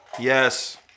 Yes